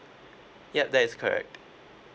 yup that is correct